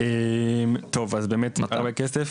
זווית מאוד משמעותית.